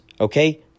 Okay